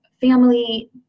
family